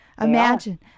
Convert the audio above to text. Imagine